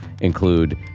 include